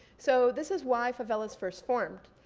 so this is why favelas first formed.